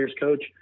coach